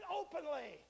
openly